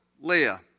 Leah